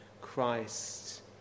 Christ